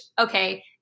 okay